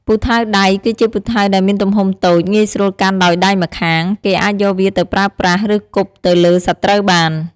ពូថៅដៃ គឺជាពូថៅដែលមានទំហំតូច ងាយស្រួលកាន់ដោយដៃម្ខាង គេអាចយកវាទៅប្រើប្រាស់ ឬគប់ទៅលើសត្រូវបាន។